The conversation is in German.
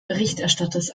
berichterstatters